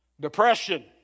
Depression